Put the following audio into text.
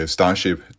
Starship